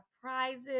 prizes